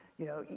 you know,